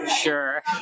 Sure